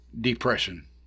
depression